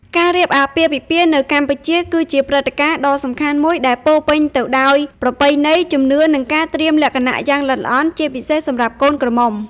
ការរៀបអាពាហ៍ពិពាហ៍នៅកម្ពុជា គឺជាព្រឹត្តិការណ៍ដ៏សំខាន់មួយដែលពោរពេញទៅដោយប្រពៃណី ជំនឿ និងការត្រៀមលក្ខណៈយ៉ាងល្អិតល្អន់ ជាពិសេសសម្រាប់កូនក្រមុំ ។